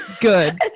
Good